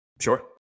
Sure